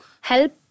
help